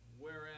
Whereas